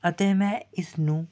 ਅਤੇ ਮੈਂ ਇਸ ਨੂੰ